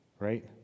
Right